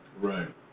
Right